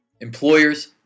Employers